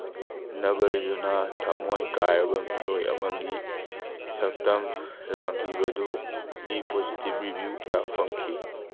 ꯅꯒꯔꯖꯨꯅ ꯊꯃꯣꯏ ꯀꯥꯏꯔꯕ ꯃꯤꯑꯣꯏ ꯑꯃꯒꯤ ꯁꯛꯇꯝ ꯂꯥꯡꯈꯤꯕꯗꯨꯒꯤ ꯄꯣꯖꯤꯇꯤꯞ ꯔꯤꯚꯤꯌꯨ ꯀꯌꯥ ꯐꯪꯈꯤ